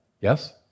Yes